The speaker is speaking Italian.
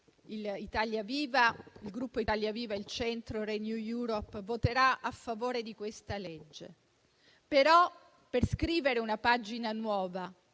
che Italia Viva-Il Centro-Renew Europe voterà a favore di questa legge. Ma, per scrivere una pagina nuova